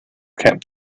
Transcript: kept